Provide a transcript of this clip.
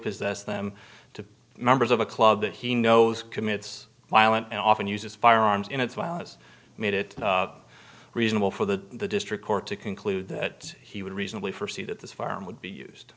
possess them to members of a club that he knows commits violent and often uses firearms in its was made it reasonable for the district court to conclude that he would reasonably forsee that this farm would be used